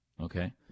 Okay